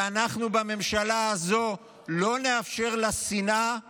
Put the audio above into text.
ואנחנו בממשלה הזו לא נאפשר לשנאה לשלוט.